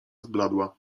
zbladła